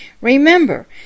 Remember